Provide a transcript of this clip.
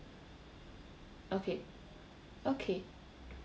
okay okay